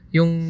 Yung